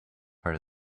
part